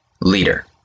leader